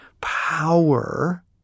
power